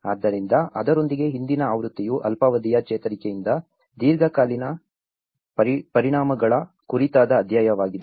ಆದ್ದರಿಂದ ಅದರೊಂದಿಗೆ ಹಿಂದಿನ ಆವೃತ್ತಿಯು ಅಲ್ಪಾವಧಿಯ ಚೇತರಿಕೆಯಿಂದ ದೀರ್ಘಕಾಲೀನ ಪರಿಣಾಮಗಳ ಕುರಿತಾದ ಅಧ್ಯಾಯವಾಗಿದೆ